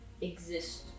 exist